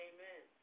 Amen